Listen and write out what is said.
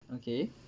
okay